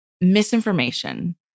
misinformation